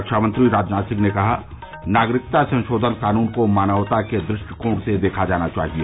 रक्षा मंत्री राजनाथ सिंह ने कहा नागरिकता संशोधन कानून को मानवता के दृष्टिकोण से देखा जाना चाहिए